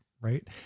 right